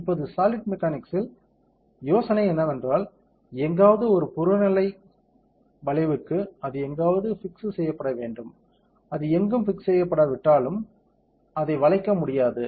இப்போது சாலிட் மெக்கானிக்ஸ்சில் யோசனை என்னவென்றால் எங்காவது ஒரு புறநிலை வளைவுக்கு அது எங்காவது பிக்ஸ் செய்யப்பட வேண்டும் அது எங்கும் பிக்ஸ் செய்யப்படாவிட்டால் அதை வளைக்க முடியாது